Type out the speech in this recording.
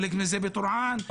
חלק מזה בטורען,